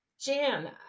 Jan